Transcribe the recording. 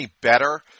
better